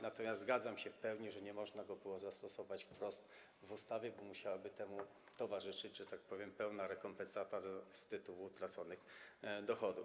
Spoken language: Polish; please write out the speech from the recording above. Natomiast zgadzam się w pełni, że nie można było tego zastosować wprost w ustawie, bo musiałaby temu towarzyszyć, że tak powiem, pełna rekompensata z tytułu utraconych dochodów.